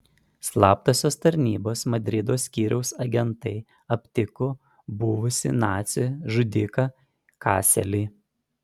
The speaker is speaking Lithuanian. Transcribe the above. slaptosios tarnybos madrido skyriaus agentai aptiko buvusį nacį žudiką kaselį